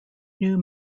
new